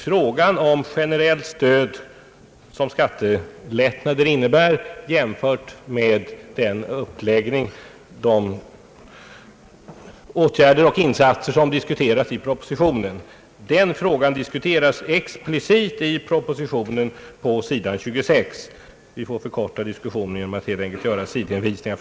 Frågan om generellt stöd — som skattelättnader innebär jämfört med de åtgärder och insatser som diskuterats i propositionen — diskuteras explicit på sidan 26 i propositionen. Vi får förkorta diskussionen här genom att helt enkelt göra sidhänvisningar.